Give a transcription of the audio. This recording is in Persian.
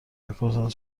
میپرسند